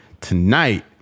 tonight